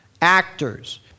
Actors